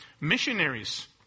missionaries